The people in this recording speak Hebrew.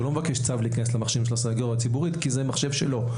הוא לא מבקש צו להיכנס למחשבים של הסניגוריה הציבורית כי זה מחשב שלו.